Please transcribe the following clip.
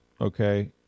okay